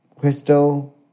Crystal